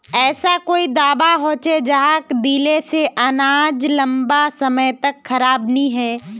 ऐसा कोई दाबा होचे जहाक दिले से अनाज लंबा समय तक खराब नी है?